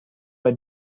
bei